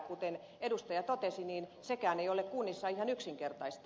kuten edustaja totesi niin sekään ei ole kunnissa ihan yksinkertaista